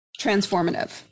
transformative